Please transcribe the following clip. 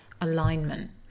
alignment